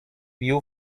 view